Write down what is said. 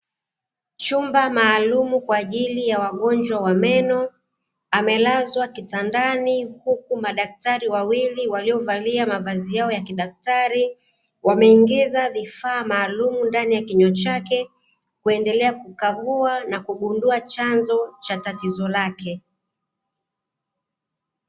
Chumba maalumu kwa ajili ya wagonjwa wa meno, amelazwa kitandani huku madaktari wawili waliovalia mavazi yao ya kidaktari, wameingiza vifaa maalumu ndani ya kinywa chake, kuendelea kukagua na kugundua chanzo cha tatizo lake.